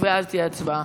ואז תהיה הצבעה.